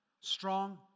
strong